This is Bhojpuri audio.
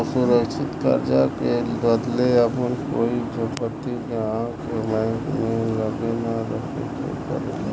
असुरक्षित कर्जा के बदले आपन कोई संपत्ति ग्राहक के बैंक के लगे ना रखे के परेला